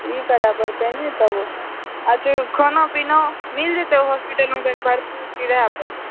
ई करऽ पड़तै ने तब अथी खानो पीनो मिल जेतै हॉस्पिटलमे अगर भर्ती रहै पड़तै तऽ